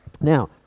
Now